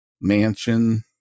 mansion